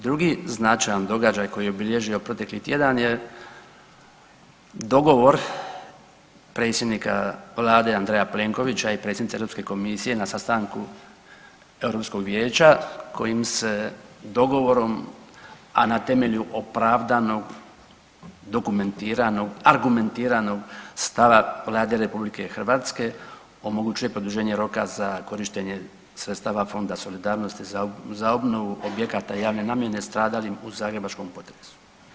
Drugi značajan događaj koji je obilježio protekli tjedan je dogovor predsjednika vlade Andreja Plenkovića i predsjednice Europske komisije na sastanku Europskog vijeća kojim se dogovorom, a na temelju opravdanog, dokumentiranog, argumentiranog stava Vlada RH omogućuje produženje roka za korištenje sredstava fonda solidarnosti za obnovu objekata javne namjene stradalim u zagrebačkom potresu.